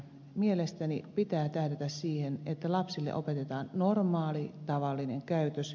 mielestäni pitää tähdätä siihen että lapsille opetetaan normaali tavallinen käytös